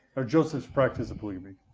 or joseph's practice of polygamy.